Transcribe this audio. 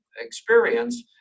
experience